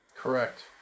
Correct